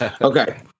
Okay